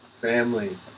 family